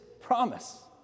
promise